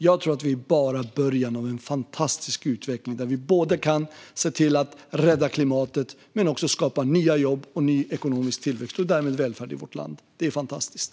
Jag tror att vi bara är i början av en fantastisk utveckling som kan rädda klimatet men också skapa nya jobb, ekonomisk tillväxt och därmed välfärd i vårt land. Det är fantastiskt!